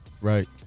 right